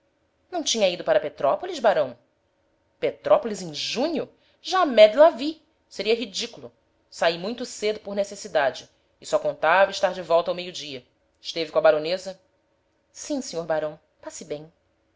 não tinha ido para petrópolis barão petrópolis em junho jamais de la vie seria ridículo saí muito cedo por necessidade e só contava estar de volta ao meio-dia esteve com a baronesa sim senhor barão passe bem